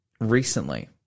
recently